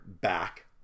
back